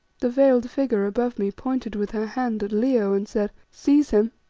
the veiled figure above me pointed with her hand at leo and said seize him,